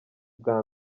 bwa